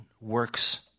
works